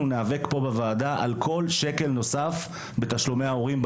אנחנו ניאבק בוועדה על כל שקל נוסף בתשלומי ההורים,